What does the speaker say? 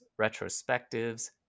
retrospectives